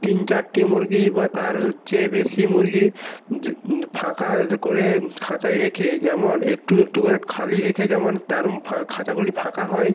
তিন চারটি মুরগি বা তার চেয়ে বেশি মুরগি যা ফাঁকা করে খাঁচায় রেখে যেমন একটু একটু করে খালি রেখে যেমন তার ফা খাঁচাগুলি ফাঁকা হয়